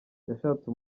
yashatse